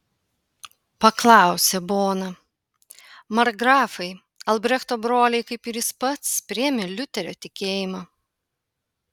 paklausė bona markgrafai albrechto broliai kaip ir jis pats priėmė liuterio tikėjimą